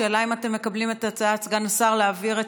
השאלה אם אתם מקבלים את הצעת סגן השר להעביר,